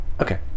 Okay